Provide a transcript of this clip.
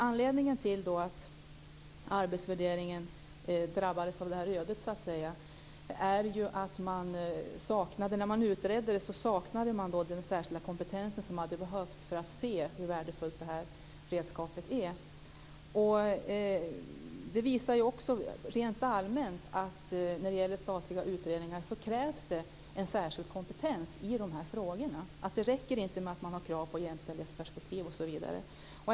Anledningen till att arbetsvärderingen drabbades av det här ödet var att man, när man utredde, saknade man den särskilda kompetens som hade behövts för att man skulle ha sett hur värdefullt redskapet arbetsvärdering är. Rent allmänt när det gäller statliga utredningar krävs det en särskild kompetens i dessa frågor. Det räcker inte med krav på jämställdhetsperspektiv osv.